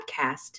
podcast